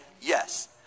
yes